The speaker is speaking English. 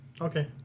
Okay